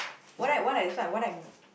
what I what I saw what I'm